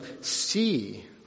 see